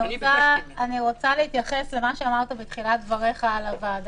אני רוצה להתייחס למה שאמרת בתחילת דבריך על הוועדה.